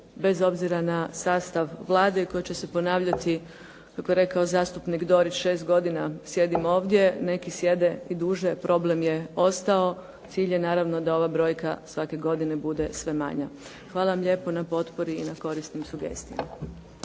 bez obzira na sastav Vlade, koja će se ponavljati kako je zastupnik Dorić šest godina sjedim ovdje, neki sjede i duže, problem je ostao. Cilj je naravno da ova brojka svake godine bude sve manja. Hvala vam lijepo na potpori i na korisnim sugestijama.